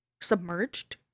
submerged